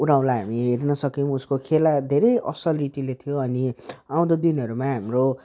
उराउँलाई हामी हेर्नसक्यौँ उसको खेला धेरै असलिटीले थियो अनि आउँदो दिनहरूमा हाम्रो